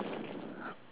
!aiyo!